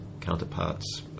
counterparts